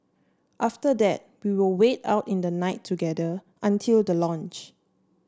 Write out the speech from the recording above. after that we will wait out the night together until the launch